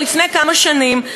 כבר לפני כמה שנים,